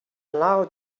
allowed